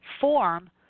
form